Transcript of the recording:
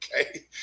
okay